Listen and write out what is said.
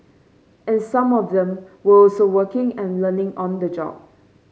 and some of them were also working and learning on the job